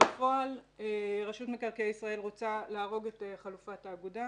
בפועל רשות מקרקעי ישראל רוצה להרוג את חלופת האגודה.